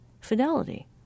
fidelity